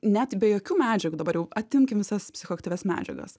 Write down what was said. net be jokių medžiagų dabar jau atimkim visas psichoaktyvias medžiagas